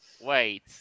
wait